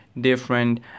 different